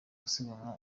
gusiganwa